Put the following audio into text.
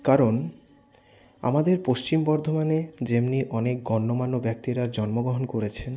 কারণ আমাদের পশ্চিম বর্ধমানে যেমন অনেক গণ্যমান্য ব্যক্তিরা জন্মগ্রহণ করেছেন